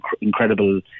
incredible